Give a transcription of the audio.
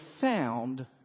found